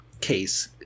case